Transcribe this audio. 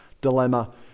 dilemma